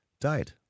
died